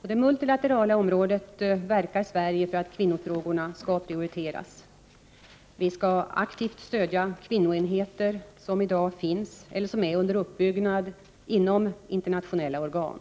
På det multilaterala området verkar Sverige för att kvinnofrågorna skall prioriteras. Vi skall aktivt stödja de kvinnoenheter som i dag finns eller är under uppbyggnad inom internationella organ.